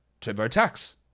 TurboTax